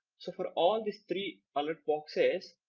so for all these three alert boxes,